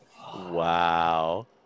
Wow